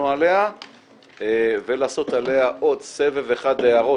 עליה ולעשות עליה עוד סבב אחד להערות,